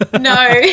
no